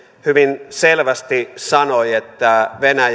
hyvin selvästi sanoi että venäjä